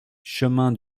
chemin